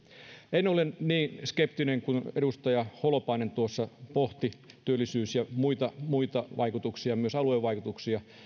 en olen niin skeptinen kuin edustaja holopainen joka tuossa pohti työllisyys ja muita muita vaikutuksia myös aluevaikutuksia